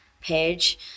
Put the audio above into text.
Page